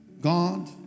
God